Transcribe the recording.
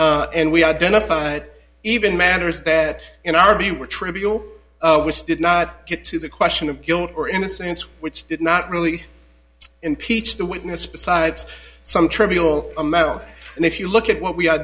and we identified it even matters that in our view were trivial which did not get to the question of guilt or innocence which did not really impeach the witness besides some trivial amount and if you look at what we